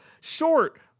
short